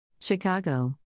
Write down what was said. Chicago